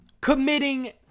committing